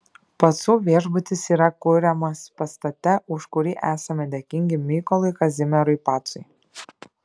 pacų viešbutis yra kuriamas pastate už kurį esame dėkingi mykolui kazimierui pacui